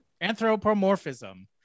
Anthropomorphism